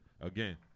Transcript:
again